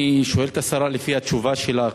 אני שואל את השרה לפי התשובה שלה.